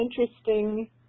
interesting